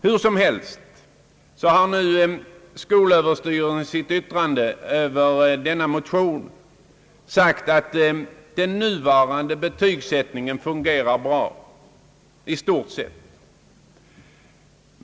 Hur som helst har nu skolöverstyrelsen i sitt yttrande över motionsparet sagt att den nuvarande betygssättningen fungerar i stort sett bra.